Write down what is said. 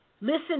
Listen